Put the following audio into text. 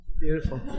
Beautiful